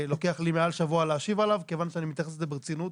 לוקח לי מעל שבוע להשיב עליו כיוון שאני מתייחס לזה ברצינות,